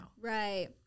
Right